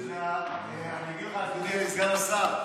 אני אגיד לך, אדוני סגן השר,